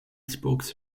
xbox